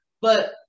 But-